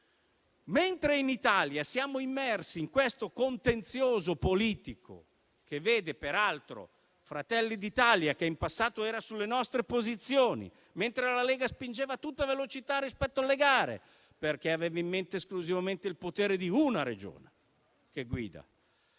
Mentre in Italia siamo immersi in questo contenzioso politico, che vede peraltro Fratelli d'Italia, che in passato era sulle nostre posizioni, mentre la Lega spingeva a tutta velocità rispetto alle gare, perché aveva in mente esclusivamente il potere di una Regione, che guida,